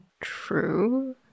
True